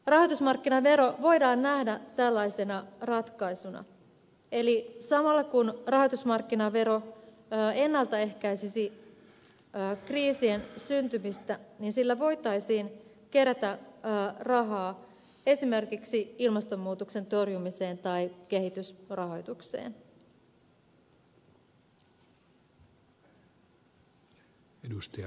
rahoitusmarkkinavero voidaan nähdä tällaisena ratkaisuna eli samalla kun rahoitusmarkkinavero ennalta ehkäisisi kriisien syntymistä sillä voitaisiin kerätä rahaa esimerkiksi ilmastonmuutoksen torjumiseen tai kehitysrahoitukseen